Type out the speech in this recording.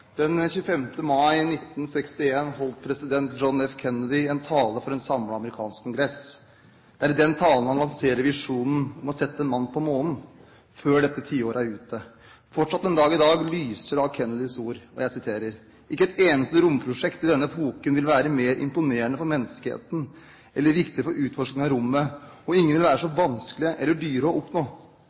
før dette tiåret er ute. Fortsatt den dag i dag lyser det av Kennedys ord: «Ikke et eneste romprosjekt i denne epoken vil være mer imponerende for menneskeheten, eller viktigere for utforskningen av rommet, og ingen vil være så vanskelige eller dyre å oppnå.»